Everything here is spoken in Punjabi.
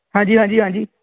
ਹਾਂਜੀ ਹਾਂਜੀ ਹਾਂਜੀ